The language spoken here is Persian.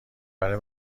برا